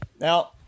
Now